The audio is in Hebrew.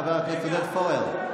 חבר הכנסת עודד פורר.